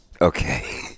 Okay